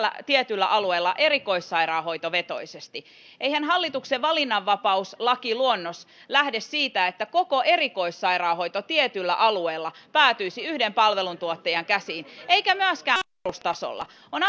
tietyillä alueilla erikoissairaanhoitovetoisesti eihän hallituksen valinnanvapauslakiluonnos lähde siitä että koko erikoissairaanhoito tietyillä alueilla päätyisi yhden palveluntuottajan käsiin eikä myöskään perustasolla on